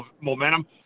momentum